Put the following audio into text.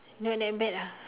not that bad ah